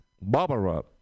Barbara